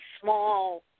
small